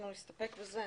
נסתפק בזה.